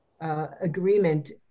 Agreement